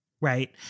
right